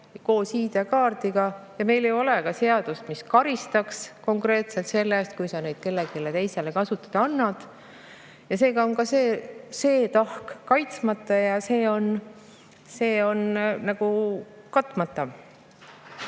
koos ID‑kaardiga. Meil ei ole ka seadust, mis karistaks konkreetselt selle eest, kui sa neid kellelegi teisele kasutada annad. Seega on see tahk kaitsmata ja see on nagu katmata.